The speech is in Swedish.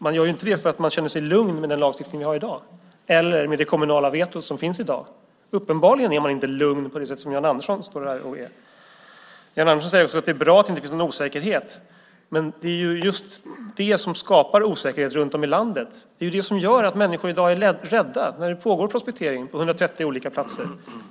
Man gör inte det för att man känner sig lugn med den lagstiftning som vi har i dag eller med det kommunala veto som finns i dag. Uppenbarligen är man inte lugn på det sätt som Jan Andersson är. Jan Andersson säger också att det är bra att det inte finns någon osäkerhet. Men det är just det som skapar osäkerhet runt om i landet. Det är det som gör att människor i dag är rädda när det pågår prospektering på 130 olika platser.